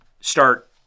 start